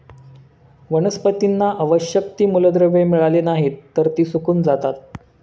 वनस्पतींना आवश्यक ती मूलद्रव्ये मिळाली नाहीत, तर ती सुकून जातात